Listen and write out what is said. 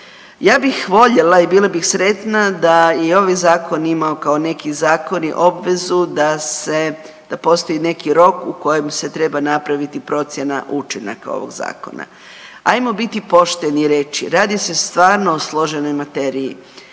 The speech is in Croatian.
Ja bih voljela i bila bih sretna da i ovaj Zakon imao, kao neki zakoni obvezu da se, da postoji neki rok u kojem se treba napraviti procjena učinaka ovog Zakona. Hajmo biti pošteni i reći, radi se stvarno o složenoj materiji.